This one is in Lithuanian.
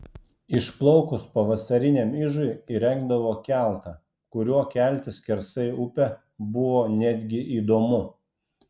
išplaukus pavasariniam ižui įrengdavo keltą kuriuo keltis skersai upę buvo netgi įdomu